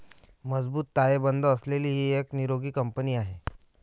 मजबूत ताळेबंद असलेली ही एक निरोगी कंपनी आहे